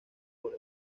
por